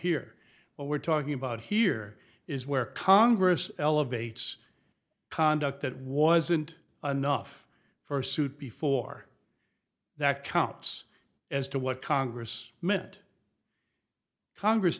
but we're talking about here is where congress elevates conduct that wasn't enough for suit before that counts as to what congress meant congress